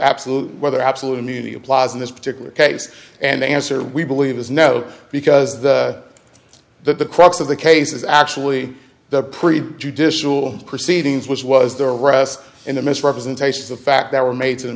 absolute whether absolute immunity applies in this particular case and the answer we believe is no because the that the crux of the case is actually the pre judicial proceedings which was the arrest in the misrepresentation of fact that were made to the